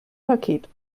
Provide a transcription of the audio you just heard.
paket